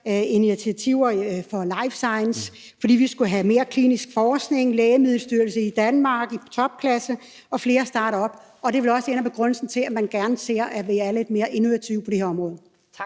initiativer for life science, fordi vi skulle have mere klinisk forskning, en Lægemiddelstyrelse i Danmark i topklasse og flere startupfirmaer. Det er vel også en af begrundelserne for, at man gerne ser, at vi er lidt mere innovative på det her område.